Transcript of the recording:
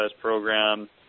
program